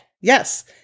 Yes